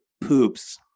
poops